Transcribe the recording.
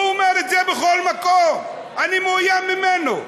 הוא אומר את זה בכל מקום, אני מאוים ממנו.